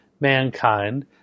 mankind